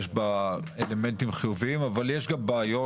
יש בה אלמנטים חיוביים אבל יש גם בעיות,